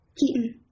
Keaton